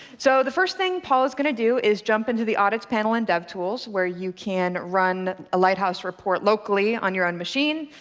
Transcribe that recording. so the first thing paul is going to do is jump into the audit panel in devtools, where you can run a lighthouse report locally on your own machine.